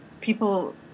people